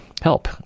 help